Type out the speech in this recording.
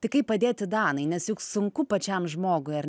tai kaip padėti danai nes juk sunku pačiam žmogui ar